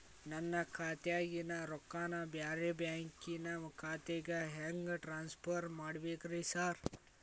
ನನ್ನ ಖಾತ್ಯಾಗಿನ ರೊಕ್ಕಾನ ಬ್ಯಾರೆ ಬ್ಯಾಂಕಿನ ಖಾತೆಗೆ ಹೆಂಗ್ ಟ್ರಾನ್ಸ್ ಪರ್ ಮಾಡ್ಬೇಕ್ರಿ ಸಾರ್?